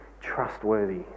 trustworthy